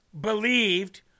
believed